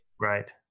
right